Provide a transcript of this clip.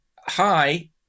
Hi